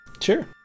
Sure